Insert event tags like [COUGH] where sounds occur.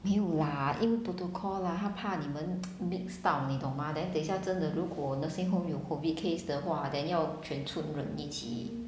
没有 lah 因为 protocol lah 他怕你们 [NOISE] mix 到你懂吗 then 等一下真的如果 nursing home 有 COVID case 的话 then 要全出任一起